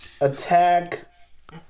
attack